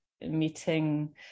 meeting